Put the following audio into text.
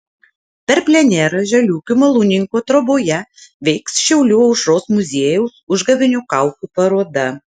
per plenerą žaliūkių malūnininko troboje veiks šiaulių aušros muziejaus užgavėnių kaukių paroda